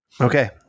Okay